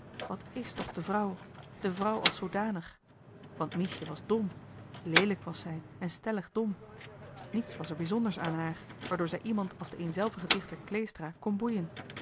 wat is toch de vrouw de vrouw als zoodanig want miesje was dom leelijk was zij en beslist dom niets was er bijzonders aan haar waardoor zij iemand als den eenzelvigen dichter kleestra kon boeien